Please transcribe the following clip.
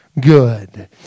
good